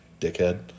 Dickhead